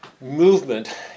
movement